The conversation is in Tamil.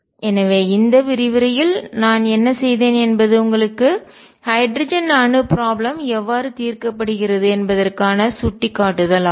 எனவே இந்த விரிவுரையில் நான் என்ன செய்தேன் என்பது உங்களுக்கு ஹைட்ரஜன் அணு ப்ராப்ளம் எவ்வாறு தீர்க்கப்படுகிறது என்பதற்கான சுட்டிக் காட்டுதல் ஆகும்